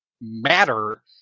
matter